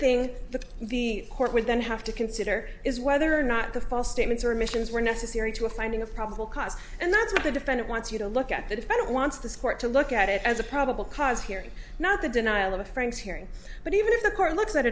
thing that the court would then have to consider is whether or not the false statements are missions were necessary to a finding of probable cause and that's what the defendant wants you to look at the defendant wants this court to look at it as a probable cause hearing not the denial of frank's hearing but even if the court looks at